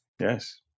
Yes